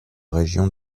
région